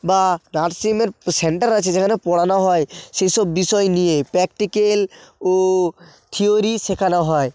বা নার্সিংয়ের সেন্টার আছে যেখানে পড়ানো হয় সেই সব বিষয় নিয়ে প্র্যাকটিক্যাল ও থিয়োরি শেখানো হয়